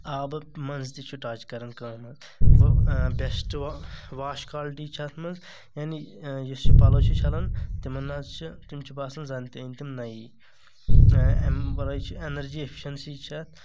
آبہٕ منٛز تہِ چھُ ٹچ کران کأم حظ اَتھ و بیٚسٹہٕ واش کالٹی چھ اَتھ منٛز یعنی یُس یہِ پَلو چھ چَھلن تِمن حظ چھ تِم چھ باسان زَنتہِ أنۍ تِم نیے تہٕ أمہِ ورٲے چھِ ایٚنرجی ایٚفشنسی چھ اَتھ